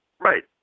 Right